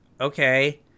Okay